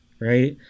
right